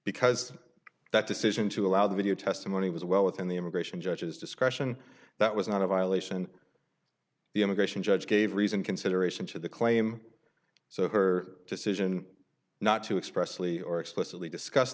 because that decision to allow the video testimony was well within the immigration judge's discretion that was not a violation the immigration judge gave reason consideration to the claim so her decision not to express lee or explicitly discuss